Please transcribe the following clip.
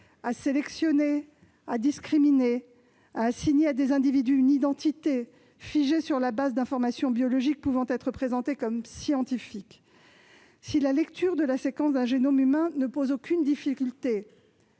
sélectionner, discriminer et assigner à des individus une identité figée sur la base d'informations biologiques pouvant être présentées comme scientifiques. Si la lecture de la séquence d'un génome humain ne pose aucune difficulté-